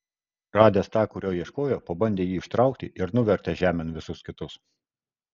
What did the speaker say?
radęs tą kurio ieškojo pabandė jį ištraukti ir nuvertė žemėn visus kitus